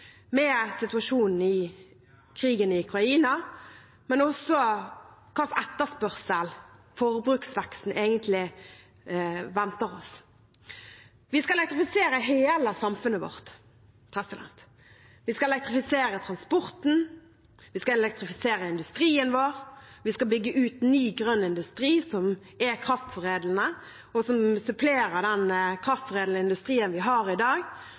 med krigen i Ukraina og også når det gjelder hvilken etterspørsel og forbruksvekst som egentlig venter oss. Vi skal elektrifisere hele samfunnet vårt. Vi skal elektrifisere transporten. Vi skal elektrifisere industrien vår. Vi skal bygge ut ny grønn industri som er kraftforedlende, og som supplerer den kraftforedlende industrien vi har i dag,